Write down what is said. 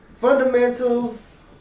Fundamentals